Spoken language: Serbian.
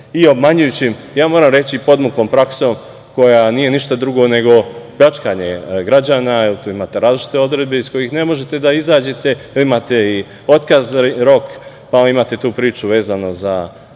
i obmanjujućom i ja moram reći i podmuklom praksom, koja nije ništa drugo nego pljačkanje građana, jer tu imate različite odredbe iz kojih ne možete da izađete, imate i otkazni rok, pa imate tu priču vezano za